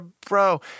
bro